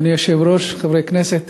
אדוני היושב-ראש, חברי הכנסת,